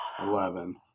Eleven